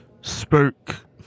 spoke